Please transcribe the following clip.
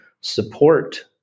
support